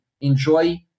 enjoy